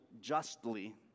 justly